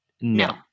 No